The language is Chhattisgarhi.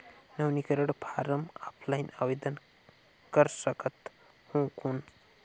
नवीनीकरण फारम ऑफलाइन आवेदन कर सकत हो कौन?